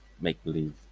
make-believe